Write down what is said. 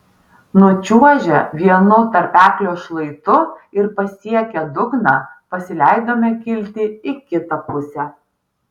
nučiuožę vienu tarpeklio šlaitu ir pasiekę dugną pasileidome kilti į kitą pusę